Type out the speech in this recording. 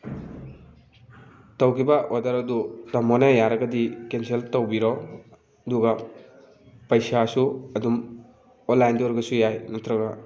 ꯇꯧꯈꯤꯕ ꯑꯣꯔꯗꯔ ꯑꯗꯨ ꯇꯥꯃꯣꯅ ꯌꯥꯔꯒꯗꯤ ꯀꯦꯟꯁꯦꯜ ꯇꯧꯕꯤꯔꯣ ꯑꯗꯨꯒ ꯄꯩꯁꯥꯁꯨ ꯑꯗꯨꯝ ꯑꯣꯟꯂꯥꯏꯟꯗ ꯑꯣꯏꯔꯒꯁꯨ ꯌꯥꯏ ꯅꯠꯇ꯭ꯔꯒ